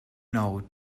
know